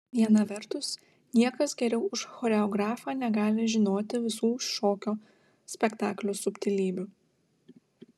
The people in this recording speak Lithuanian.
viena vertus niekas geriau už choreografą negali žinoti visų šokio spektaklio subtilybių